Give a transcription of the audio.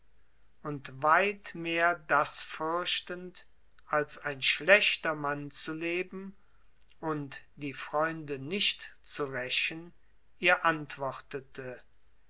und weit mehr das fürchtend als ein schlechter mann zu leben und die freunde nicht zu rächen ihr antwortete